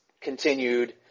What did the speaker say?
continued